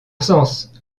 sens